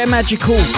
Magical